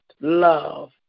love